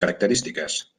característiques